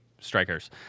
strikers